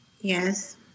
Yes